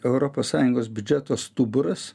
europos sąjungos biudžeto stuburas